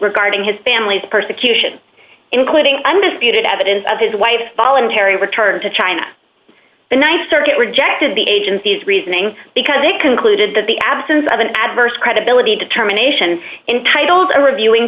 regarding his family's persecution including undisputed evidence of his wife's voluntary return to china the th circuit rejected the agency's reasoning because it concluded that the absence of an adverse credibility determination entitle to reviewing